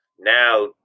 now